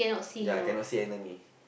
ya cannot see enemy